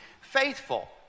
faithful